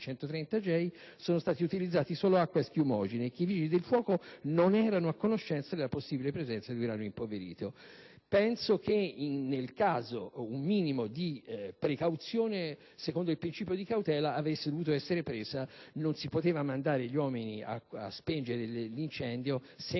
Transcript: C-130J sono stati utilizzati solo acqua e schiumogeni e che i vigili del fuoco non erano a conoscenza della possibile presenza di uranio impoverito. Penso che in questa circostanza un minimo di precauzione, secondo il principio di cautela, si sarebbe dovuto prendere: non si poteva mandare gli uomini a spegnere l'incendio senza